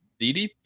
DDP